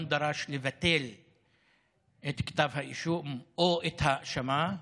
דרש לבטל את כתב האישום או את ההאשמה,